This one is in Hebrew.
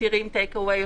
מתירים טייק אוויי,